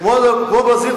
כמו ברזיל,